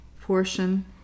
portion